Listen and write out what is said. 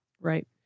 Right